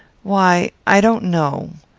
why i don't know.